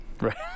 Right